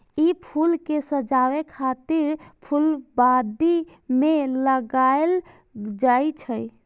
ई फूल कें सजाबै खातिर फुलबाड़ी मे लगाएल जाइ छै